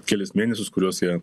kelis mėnesius kuriuos jie